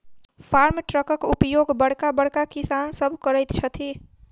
farm ट्रकक उपयोग बड़का बड़का किसान सभ करैत छथि